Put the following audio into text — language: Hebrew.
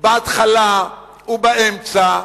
בהתחלה ובאמצע,